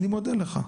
אני מודה לך,